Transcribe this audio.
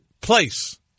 place